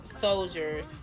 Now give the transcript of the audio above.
soldiers